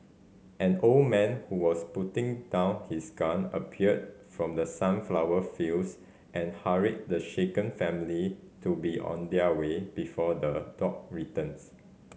an old man who was putting down his gun appeared from the sunflower fields and hurried the shaken family to be on their way before the dog returns